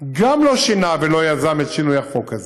הוא גם לא שינה ולא יזם את שינוי החוק הזה.